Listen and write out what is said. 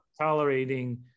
tolerating